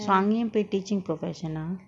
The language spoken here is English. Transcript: so அங்கயும் போய்:angayum poai teaching profession ah